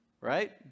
right